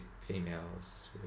females